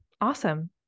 Awesome